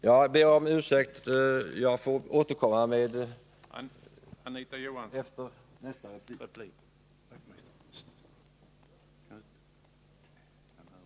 Jag får återkomma till den frågan senare eftersom min repliktid tydligen är slut nu.